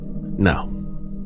no